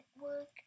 work